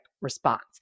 response